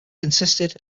consisted